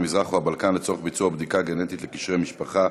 המזרח או הבלקן לצורך ביצוע בדיקה גנטית לקשרי משפחה,